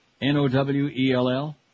N-O-W-E-L-L